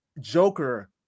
Joker